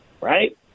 right